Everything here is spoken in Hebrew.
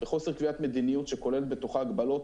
בחוסר קביעת מדיניות שכוללת בתוכה הגבלות,